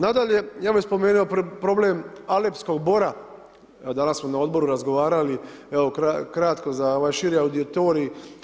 Nadalje, ja bi spomenuo problem alepskog bora, evo danas smo na odboru razgovarali kratko za ovaj širi auditorij.